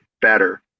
better